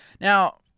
Now